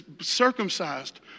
circumcised